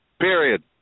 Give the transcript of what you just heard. period